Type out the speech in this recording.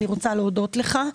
אני מודה לך.